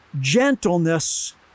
gentleness